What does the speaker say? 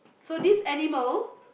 so this animal